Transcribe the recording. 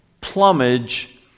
plumage